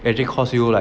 actually cost you like